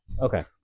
okay